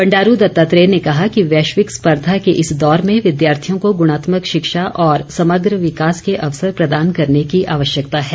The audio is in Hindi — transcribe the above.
बंडारू दत्तात्रेय ने कहा कि वैश्विक स्पर्धा के इस दौर में विद्यार्थियों को ग्रणात्मक शिक्षा और समग्र विकास के अवसर प्रदान करने की आवश्यकता है